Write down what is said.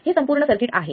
हे संपूर्ण सर्किट आहे